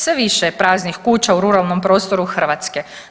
Sve više je praznih kuća u ruralnom prostoru Hrvatske.